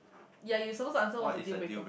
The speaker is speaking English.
ya you suppose to answer what's a deal breaker